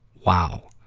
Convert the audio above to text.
wow,